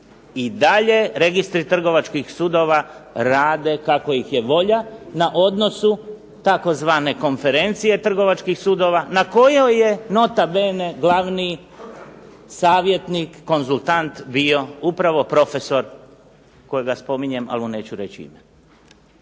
i dalje registri trgovačkih sudova rade kako ih je volja na odnosu tzv. konferencije trgovačkih sudova na kojoj je nota bene glavni savjetnik, konzultant bio upravo profesor kojega spominjem, ali mu neću reći ime.